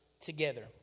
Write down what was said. together